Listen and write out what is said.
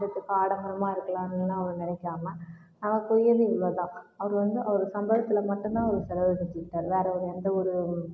இஷ்டத்துக்கு ஆடம்பரமாக இருக்கலாமேனுலாம் அவர் நினைக்காம நமக்குரியது இவ்வளோ தான் அது வந்து அவர் சம்பளத்தில் மட்டும்தான் அவர் செலவு செஞ்சிக்கிட்டார் வேறு ஒரு எந்த ஒரு